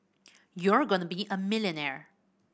you're going to be a millionaire